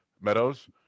Meadows